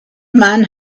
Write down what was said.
man